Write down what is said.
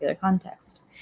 context